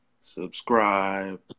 subscribe